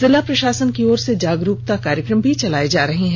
जिला प्रषासन की ओर से जागरूकता कार्यक्रम भी चलाये जा रहे हैं